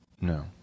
no